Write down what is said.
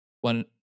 one